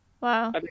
Wow